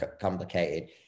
complicated